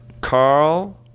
Carl